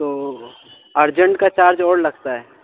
تو ارجنٹ کا چارج اور لگتا ہے